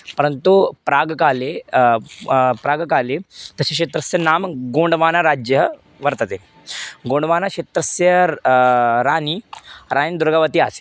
परन्तु प्राक्काले प्राक्काले तस्य तस्य नाम गोण्डमानराज्यं वर्तते गोण्डमानक्षेत्रस्य र् राणी रान् दुर्गावती आसीत्